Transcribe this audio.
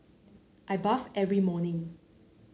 I bathe every morning